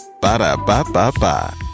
Ba-da-ba-ba-ba